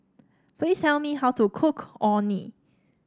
please tell me how to cook Orh Nee